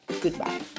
Goodbye